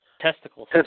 Testicles